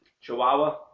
Chihuahua